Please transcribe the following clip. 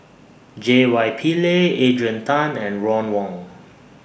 J Y Pillay Adrian Tan and Ron Wong